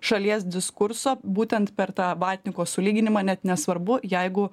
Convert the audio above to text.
šalies diskurso būtent per tą vatniko sulyginimą net nesvarbu jeigu